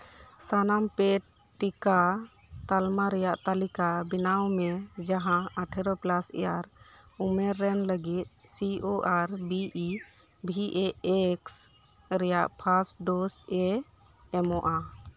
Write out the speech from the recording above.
ᱥᱟᱱᱟᱢ ᱯᱮᱰ ᱴᱤᱠᱟ ᱛᱟᱞᱢᱟ ᱨᱮᱭᱟᱜ ᱛᱟᱹᱞᱤᱠᱟ ᱵᱮᱱᱟᱣ ᱢᱮ ᱡᱟᱸᱦᱟ ᱟᱴᱷᱟᱨᱳ ᱤᱭᱟᱨ ᱩᱢᱮᱨᱨᱮᱱ ᱞᱟᱹᱜᱤᱫ C O R B E V A X ᱨᱮᱭᱟᱜ ᱯᱷᱟᱥᱴ ᱰᱳᱥ ᱮ ᱮᱢᱚᱜ ᱟ